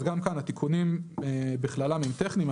אז גם כאן התיקונים בכללם הם טכניים.